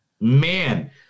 man